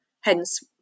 hence